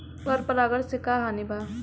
पर परागण से का हानि बा?